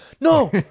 No